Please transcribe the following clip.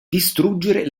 distruggere